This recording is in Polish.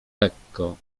lekko